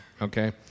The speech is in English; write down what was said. okay